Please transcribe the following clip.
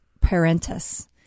parentis